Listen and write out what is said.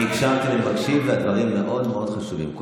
אני הקשבתי ואני מקשיב, והדברים מאוד מאוד חשובים.